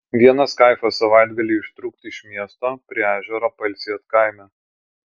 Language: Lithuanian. vienas kaifas savaitgalį ištrūkt iš miesto prie ežero pailsėt kaime